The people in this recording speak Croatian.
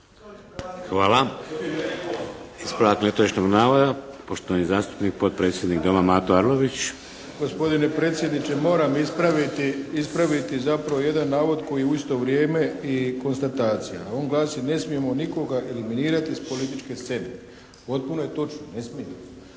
Hvala. Ispravak netočnog navoda poštovani zastupnik potpredsjednik Doma Mato Arlović. **Arlović, Mato (SDP)** Gospodine predsjedniče moram ispraviti zapravo jedan navod koji je u isto vrijeme i konstatacija. A on glasi: «Ne smijemo nikoga eliminirati iz političke scene». Potpuno je točno, ne smijemo.